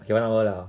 okay one hour liao